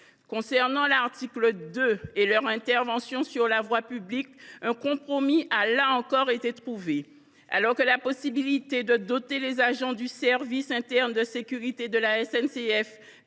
Concernant l’article 2 et l’intervention de ces agents sur la voie publique, un compromis a, là encore, été trouvé. Alors que la possibilité de doter les agents du service interne de sécurité de la SNCF